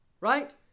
Right